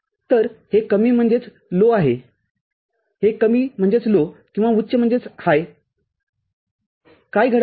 तर हे कमी आहेहे कमीकिंवा उच्चआहे काय घडत आहे